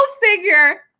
figure